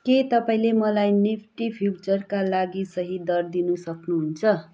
के तपाईँले मलाई निफ्टी फ्युचरका लागि सही दर दिन सक्नुहुन्छ